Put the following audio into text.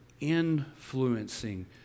influencing